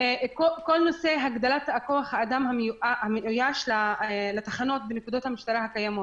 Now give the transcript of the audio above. כל הנושא של התאמת מטה 105 להגנה על קטינים ברשת לחברה הערבית.